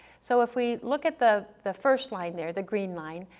so if we look at the the first line there, the green line,